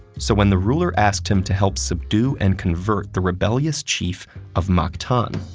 so when the ruler asked him to help subdue and convert the rebellious chief of mactan,